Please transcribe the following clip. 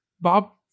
Bob